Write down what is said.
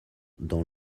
dans